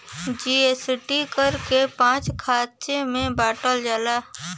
GST कर के पाँच खाँचे मे बाँटल गएल हौ